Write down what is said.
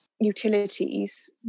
utilities